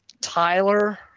Tyler